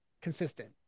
consistent